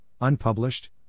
unpublished